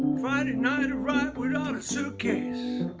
friday night arrives without a suitcase